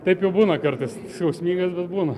taip jau būna kartais skausminga bet būna